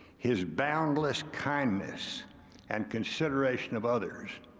his boundless kindness and consideration of others.